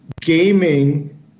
gaming